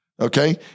Okay